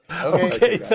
Okay